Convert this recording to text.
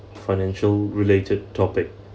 financial related topic